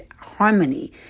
harmony